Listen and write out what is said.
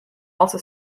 also